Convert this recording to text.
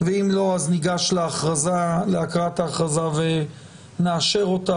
ואם לא ניגש להקראת ההכרזה ונאשר אותה.